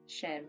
share